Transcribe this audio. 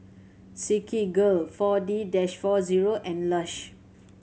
Silkygirl Four D that four zero and Lush